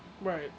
Right